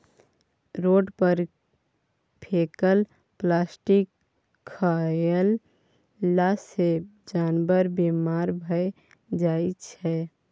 road पर फेकल plastic खएला सँ जानबर बेमार भए जाइ छै